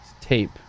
Tape